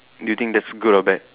do you think that's good or bad